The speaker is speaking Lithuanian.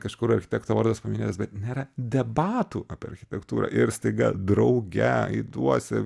kažkur architekto vardas paminėtas bet nėra debatų apie architektūrą ir staiga drauge aiduose